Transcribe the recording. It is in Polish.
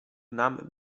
nam